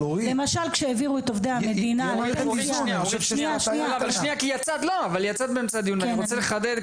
כשהביאו את עובדי המדינה --- יצאת באמצע הדיון ואני רוצה לחדד,